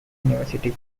university